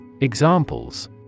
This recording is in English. Examples